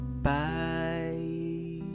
Bye